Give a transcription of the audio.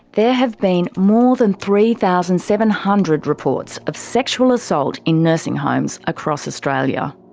there have been more than three thousand seven hundred reports of sexual assault in nursing homes across australia.